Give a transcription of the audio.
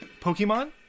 Pokemon